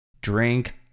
drink